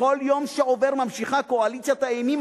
בכל יום שעובר ממשיכה קואליציית האימים